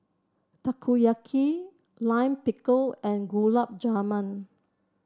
Takoyaki Lime Pickle and Gulab Jamun